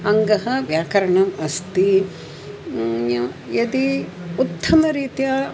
अङ्गः व्याकरणम् अस्ति यदि उत्तमरीत्या